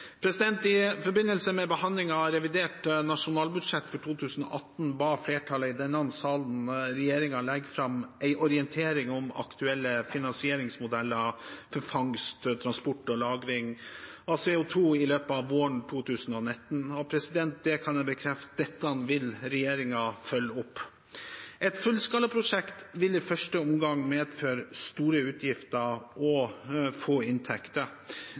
I forbindelse med behandlingen av revidert nasjonalbudsjett for 2018 ba flertallet i denne sal regjeringen om å legge fram en orientering om aktuelle finansieringsmodeller for fangst, transport og lagring av CO2 i løpet av våren 2019. Jeg kan bekrefte at dette følger regjeringen opp. Et fullskalaprosjekt vil i første omgang medføre store utgifter og få inntekter.